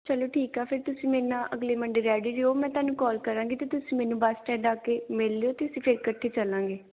ਚਲੋ ਠੀਕ ਆ ਫਿਰ ਤੁਸੀਂ ਮੇਰੇ ਨਾਲ ਅਗਲੇ ਮੰਡੇ ਰੈਡੀ ਰਿਹੋ ਮੈਂ ਤੁਹਾਨੂੰ ਕੋਲ ਕਰਾਂਗੀ ਅਤੇ ਤੁਸੀਂ ਮੈਨੂੰ ਬੱਸ ਸਟੈਂਡ ਆ ਕੇ ਮਿਲ ਲਿਓ ਅਤੇ ਅਸੀਂ ਫਿਰ ਇਕੱਠੇ ਚੱਲਾਂਗੇ